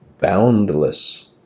boundless